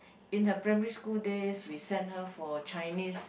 in her primary school days we sent her for Chinese